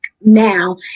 now